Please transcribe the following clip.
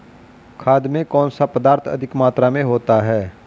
खाद में कौन सा पदार्थ अधिक मात्रा में होता है?